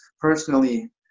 personally